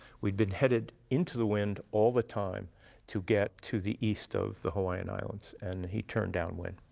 we'd been headed into the wind all the time to get to the east of the hawaiian islands, and he turned downwind.